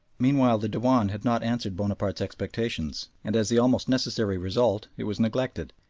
meanwhile the dewan had not answered bonaparte's expectations, and as the almost necessary result it was neglected.